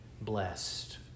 blessed